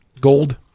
gold